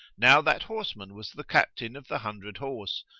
now that horseman was the captain of the hundred horse,